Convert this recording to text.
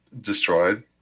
destroyed